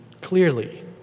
clearly